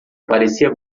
parecia